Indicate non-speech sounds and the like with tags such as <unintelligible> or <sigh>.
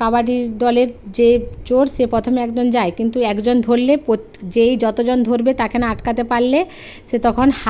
কাবাডি দলের যে চোর সে প্রথমে একদম যায় কিন্তু একজন ধরলে <unintelligible> যেই যত জন ধরবে তাকে না আটকাতে পারলে সে তখন হাত